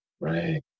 Right